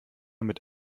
mit